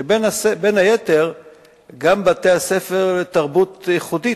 ובין היתר גם בתי-הספר לתרבות ייחודית,